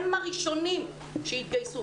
הם הראשונים שהתגייסו.